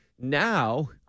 Now